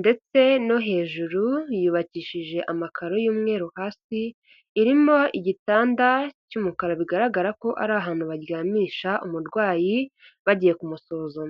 ndetse no hejuru yubakishije amakaro y'umweru hasi irimo igitanda cy'umukara, bigaragara ko ari ahantu baryamisha umurwayi bagiye kumusuzuma.